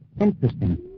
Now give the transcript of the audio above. Interesting